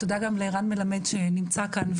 תודה גם לרן מלמד שנמצא כאן,